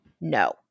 No